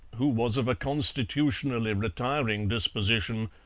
who was of a constitutionally retiring disposition,